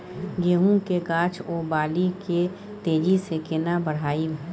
गेहूं के गाछ ओ बाली के तेजी से केना बढ़ाइब?